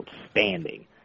outstanding